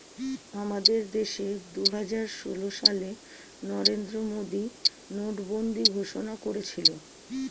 আমাদের দেশে দুহাজার ষোল সালে নরেন্দ্র মোদী নোটবন্দি ঘোষণা করেছিল